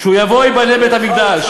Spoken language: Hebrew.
כשהוא יבוא ייבנה בית-המקדש.